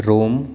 Rome